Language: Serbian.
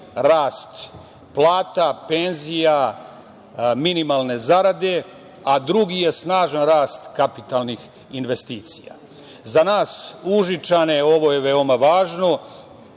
rast plata, penzija, minimalne zarade, a drugi je snažan rast kapitalnih investicija.Za nas Užičane ovo je veoma važno,